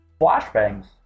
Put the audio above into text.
flashbangs